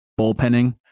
bullpenning